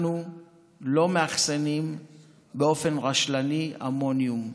אנחנו לא מאחסנים באופן רשלני אמוניום.